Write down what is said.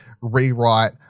rewrite